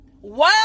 wow